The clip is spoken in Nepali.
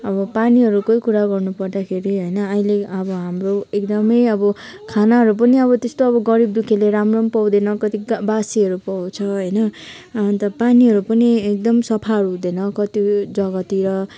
अब पानीहरूकै कुरा गर्नु पर्दाखेरि होइन अहिले अब हाम्रो एकदमै अब खानाहरू पनि अब त्यस्तो अब गरिब दुखीले राम्रो पाउँदैन कति बासीहरू पाउँछ होइन अन्त पानीहरू पनि एकदम सफा हुँदैन कति जग्गातिर